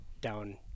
down